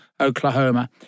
Oklahoma